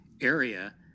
area